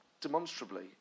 demonstrably